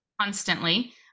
constantly